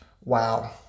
wow